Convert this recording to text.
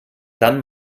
dann